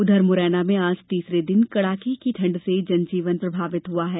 उधर मुरैना में आज तीसरे दिन कड़ाके की ठंड से जन जीवन प्रभावित हुआ है